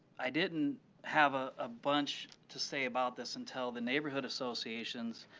i didn't have a ah bunch to say about this until the neighborhood associations,